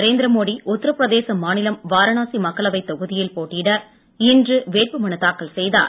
நரேந்திரமோடி உத்தரப்பிரதேச மாநிலம் வாரணாசி மக்களவைத் தொகுதியில் போட்டியிட இன்று வேட்புமனுத் தாக்கல் செய்தார்